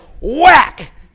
whack